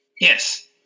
Yes